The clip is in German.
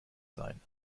sein